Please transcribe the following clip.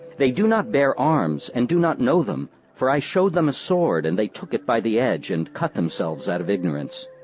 they do not bear arms, and do not know them, for i showed them a sword, and they took by the edge and cut themselves out of ignorance.